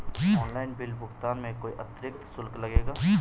Online bill भुगतान में कोई अतिरिक्त शुल्क लगेगा?